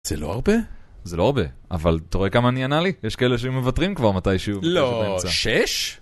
זה לא הרבה? זה לא הרבה, אבל תראה כמה נהנה לי יש כאלה שהם מוותרים כבר מתישהו לא, שש?